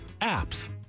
APPS